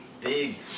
Big